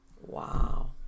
Wow